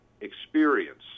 experience